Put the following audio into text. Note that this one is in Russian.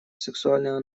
сексуального